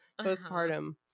postpartum